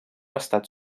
estat